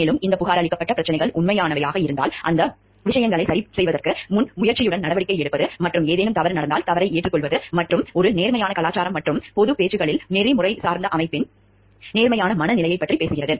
மேலும் இந்தப் புகாரளிக்கப்பட்ட பிரச்சனைகள் உண்மையானவையாக இருந்தால் அந்த விஷயங்களைச் சரிசெய்வதற்கு முன்முயற்சியுடன் நடவடிக்கை எடுப்பது மற்றும் ஏதேனும் தவறு நடந்தால் தவறை ஏற்றுக்கொள்வது மற்றும் ஒரு நேர்மறையான கலாச்சாரம் பற்றிய பொதுப் பேச்சுகளில் நெறிமுறை சார்ந்த அமைப்பின் நேர்மறையான மனநிலையைப் பற்றி பேசுகிறது